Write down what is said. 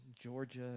Georgia